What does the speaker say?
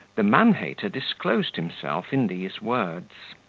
the man-hater disclosed himself in these words